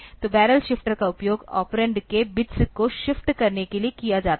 तो barrel shifter का उपयोग ऑपरेंड के बिट्स को शिफ्ट करने के लिए किया जाता है